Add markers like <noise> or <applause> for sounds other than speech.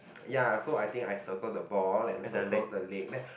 ya so I think I circle the ball and circle the leg then <breath>